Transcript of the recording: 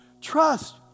Trust